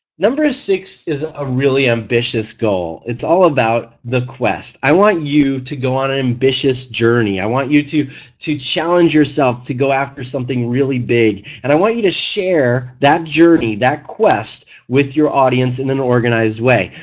number six is a really ambitious goal, it's all about the quest. i want you to go on an ambitious journey, i want you to to challenge yourself to go after something really big and i want you to share that journey, that quest with your audience in an organized way.